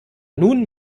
nun